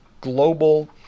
Global